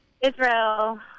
Israel